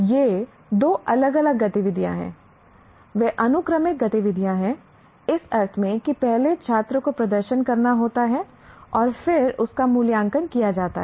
ये दो अलग अलग गतिविधियाँ हैं वे अनुक्रमिक गतिविधियाँ हैं इस अर्थ में कि पहले छात्र को प्रदर्शन करना होता है और फिर उसका मूल्यांकन किया जाता है